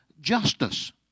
justice